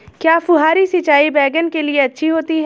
क्या फुहारी सिंचाई बैगन के लिए अच्छी होती है?